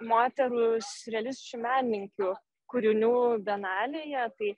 moterų siurrealisčių menininkių kūrinių benalėje tai